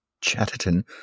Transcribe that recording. Chatterton